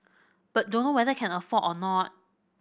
but dunno whether can afford or not